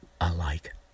alike